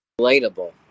relatable